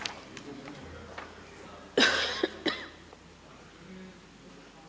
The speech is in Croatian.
Hvala